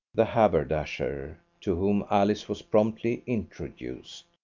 the haberdasher, to whom alice was promptly introduced.